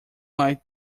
light